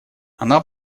она